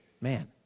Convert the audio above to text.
man